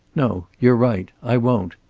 no. you're right. i won't.